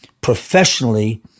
professionally